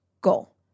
goal